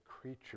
creature